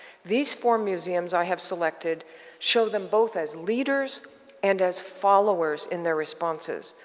these four museums i have selected show them both as leaders and as followers in their responses.